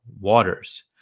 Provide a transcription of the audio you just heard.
waters